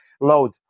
load